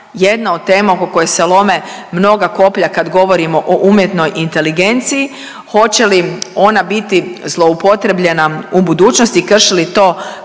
jedna od tema oko koje se lome mnoga koplja kad govorimo o umjetnoj inteligenciji. Hoće li ona biti zloupotrijebljena u budućnosti i krši li to